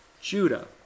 Judah